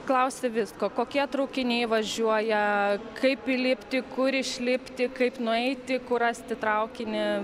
klausia visko kokie traukiniai važiuoja kaip įlipti kur išlipti kaip nueiti kur rasti traukinį